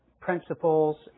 principles